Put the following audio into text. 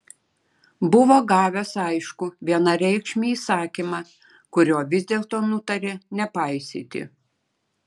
buvo gavęs aiškų vienareikšmį įsakymą kurio vis dėlto nutarė nepaisyti